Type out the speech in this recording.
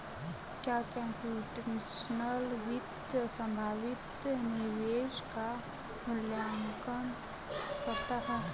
क्या कंप्यूटेशनल वित्त संभावित निवेश का मूल्यांकन करता है?